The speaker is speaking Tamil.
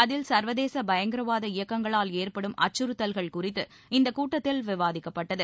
அதில் சர்வதேச பயங்கரவாத இயக்கங்களால் ஏற்படும் அச்சுறுத்தல்கள் குறித்து இந்த கூட்டத்தில் விவாதிக்கப்பட்டது